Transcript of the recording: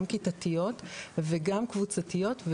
גם כיתתיות וגם קבוצתיות.